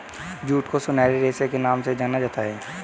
jute को सुनहरे रेशे के नाम से जाना जाता है